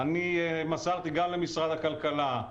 מסרתי גם למשרד הכלכלה: